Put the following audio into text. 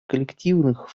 коллективных